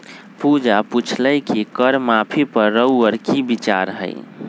पूजा पुछलई कि कर माफी पर रउअर कि विचार हए